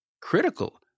critical